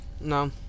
no